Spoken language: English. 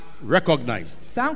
recognized